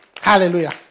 Hallelujah